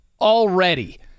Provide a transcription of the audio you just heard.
already